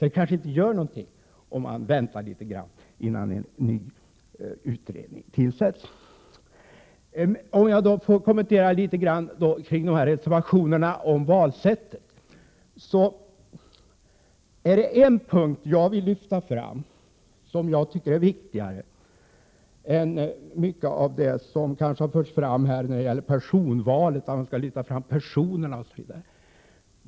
Det kanske inte gör någonting om det blir litet väntan innan en ny utredning tillsätts. Jag vill så något kommentera reservationerna beträffande valsättet. Det är en punkt som jag vill lyfta fram och tycker är viktigare än mycket av det som förts fram om personval, dvs. att personerna skall lyftas fram.